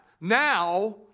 Now